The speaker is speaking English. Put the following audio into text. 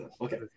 Okay